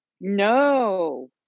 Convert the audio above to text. No